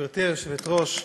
גברתי היושבת-ראש,